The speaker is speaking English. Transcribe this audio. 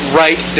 right